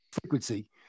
frequency